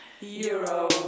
euro